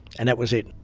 and that was it.